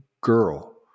girl